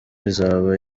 izaba